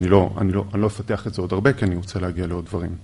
אני לא... אני לא אפתח את זה עוד הרבה, כי אני רוצה להגיע לעוד דברים.